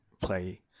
play